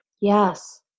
Yes